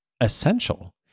essential